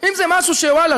אם זה משהו שוואללה,